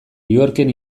yorken